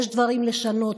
יש דברים לשנות,